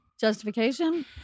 justification